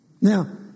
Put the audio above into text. Now